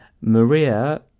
Maria